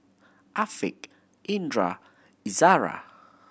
Afiq Indra Izara